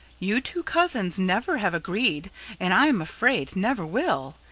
you two cousins never have agreed and i am afraid never will.